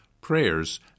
prayers